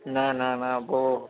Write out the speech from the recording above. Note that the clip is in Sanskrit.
न न न भोः